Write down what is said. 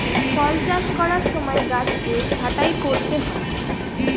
ফল চাষ করার সময় গাছকে ছাঁটাই করতে হয়